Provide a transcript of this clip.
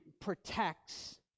protects